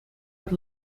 het